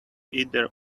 either